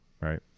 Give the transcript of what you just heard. Right